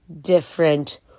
different